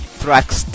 tracks